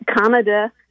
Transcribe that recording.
Canada